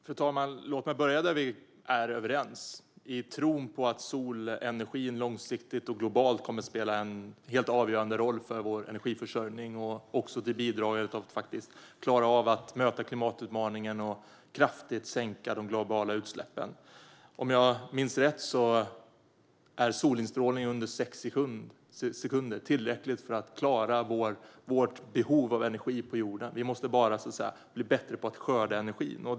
Fru talman! Låt mig börja där vi är överens, i tron på att solenergin långsiktigt och globalt kommer att spela en helt avgörande roll för vår energiförsörjning och också bidra till att vi faktiskt klarar av att möta klimatutmaningen och kraftigt sänka de globala utsläppen. Om jag minns rätt är solinstrålning under sex sekunder tillräckligt för att klara vårt behov av energi på jorden. Vi måste bara, så att säga, bli bättre på att skörda energin.